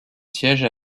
siège